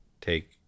take